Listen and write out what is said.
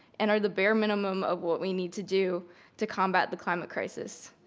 and are the bare minimum of what we need to do to combat the climate crisis.